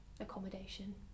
Accommodation